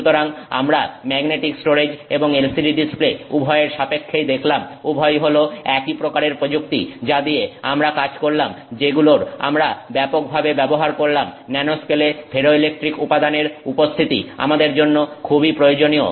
সুতরাং আমরা magnetic storage এবং LCD ডিসপ্লে উভয়ের সাপেক্ষেই দেখলাম উভয়ই হলো একই প্রকারের প্রযুক্তি যা দিয়ে আমরা কাজ করলাম যেগুলোর আমরা ব্যাপকভাবে ব্যবহার করলাম ন্যানোস্কেলে ফেরোইলেকট্রিক উপাদানের উপস্থিতি আমাদের জন্য খুবই প্রয়োজনীয়